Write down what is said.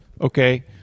okay